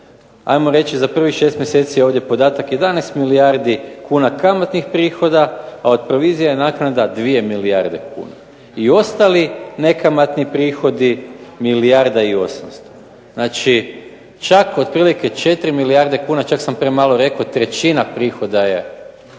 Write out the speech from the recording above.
ajmo reći, za prvih 6 mjeseci je ovdje podatak 11 milijardi kuna kamatnih prihoda, a od provizija i naknada 2 milijarde kuna. I ostali nekamatni prihodi milijarda i 800. Znači, čak otprilike 4 milijarde kuna, čak sam premalo rekao, trećina prihoda je